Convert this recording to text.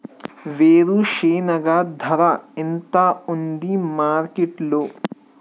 వేరుశెనగ ధర ఎంత ఉంది మార్కెట్ లో?